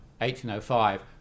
1805